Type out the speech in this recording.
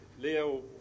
Leo